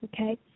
Okay